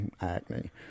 acne